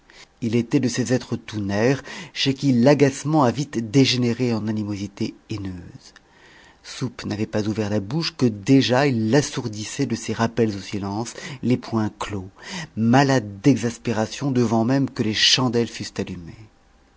il était de ces êtres tout nerfs chez qui l'agacement a vite dégénéré en animosité haineuse soupe n'avait pas ouvert la bouche que déjà il l'assourdissait de ses rappels au silence les poings clos malade d'exaspération devant même que les chandelles fussent allumées